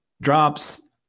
drops